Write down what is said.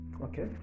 Okay